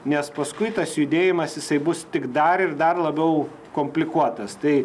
nes paskui tas judėjimas jisai bus tik dar ir dar labiau komplikuotas tai